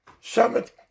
Summit